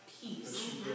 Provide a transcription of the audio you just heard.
peace